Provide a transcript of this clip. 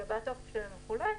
במקרה כזה,